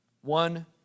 One